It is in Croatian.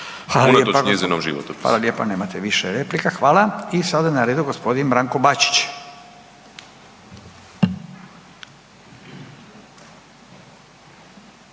Hvala lijepa, nemate više replika. I sada je na redu g. Branko Bačić.